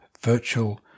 virtual